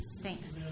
Thanks